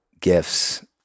gifts